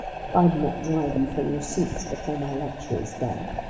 if i do not drive you from your seats before my lecture is done.